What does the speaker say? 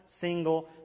single